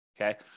okay